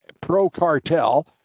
pro-cartel